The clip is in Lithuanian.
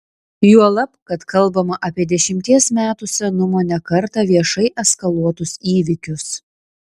juolab kad kalbama apie dešimties metų senumo ne kartą viešai eskaluotus įvykius